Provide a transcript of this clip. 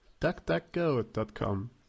DuckDuckGo.com